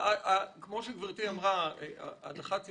האם